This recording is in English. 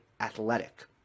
athletic